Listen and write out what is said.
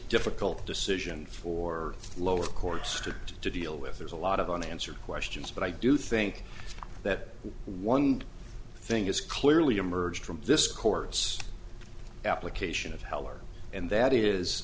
difficult decision for lower courts to deal with there's a lot of unanswered questions but i do think that one thing is clearly emerged from this court's application of heller and that is